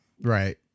Right